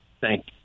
Thank